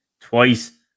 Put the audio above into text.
twice